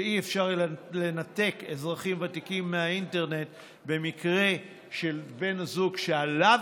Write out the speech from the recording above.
שלא יהיה אפשר לנתק אזרחים ותיקים מהאינטרנט במקרה שבן הזוג שעליו